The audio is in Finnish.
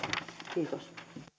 kiitos